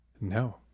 No